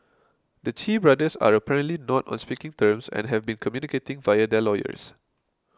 the Chee brothers are apparently not on speaking terms and have been communicating via their lawyers